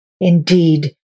Indeed